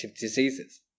diseases